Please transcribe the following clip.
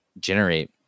generate